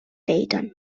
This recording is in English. dayton